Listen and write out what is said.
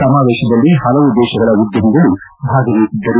ಸಮಾವೇಶದಲ್ಲಿ ಹಲವು ದೇಶಗಳ ಉದ್ಖಮಿಗಳು ಭಾಗವಹಿಸಿದ್ದರು